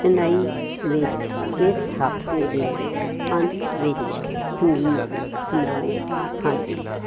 ਚੇਨਈ ਵਿੱਚ ਇਸ ਹਫਤੇ ਦੇ ਅੰਤ ਵਿੱਚ ਸੰਗੀਤ ਸਮਾਰੋਹ ਹਨ